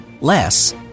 Less